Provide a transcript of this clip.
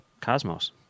Cosmos